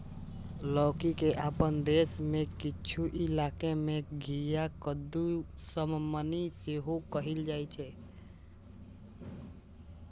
लौकी के अपना देश मे किछु इलाका मे घिया, कद्दू, सजमनि सेहो कहल जाइ छै